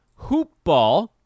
hoopball